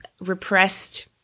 repressed